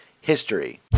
history